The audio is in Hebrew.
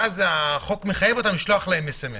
ואז החוק מחייב אותם לשלוח להם סמ"ס.